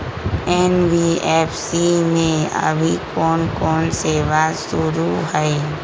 NBFC में अभी कोन कोन सेवा शुरु हई?